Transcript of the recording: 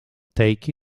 take